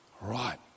Right